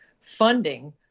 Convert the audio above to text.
funding